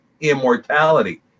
immortality